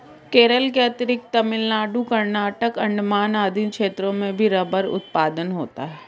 केरल के अतिरिक्त तमिलनाडु, कर्नाटक, अण्डमान आदि क्षेत्रों में भी रबर उत्पादन होता है